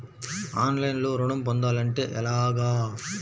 ఆన్లైన్లో ఋణం పొందాలంటే ఎలాగా?